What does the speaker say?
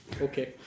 Okay